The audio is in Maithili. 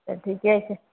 तऽ ठीके छै